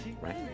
right